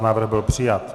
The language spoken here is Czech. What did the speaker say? Návrh byl přijat.